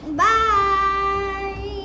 bye